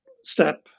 step